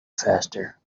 faster